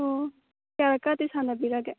ꯑꯣ ꯀꯌꯥꯔꯛꯀꯗꯤ ꯁꯥꯟꯅꯕꯤꯔꯒꯦ